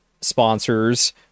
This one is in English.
sponsors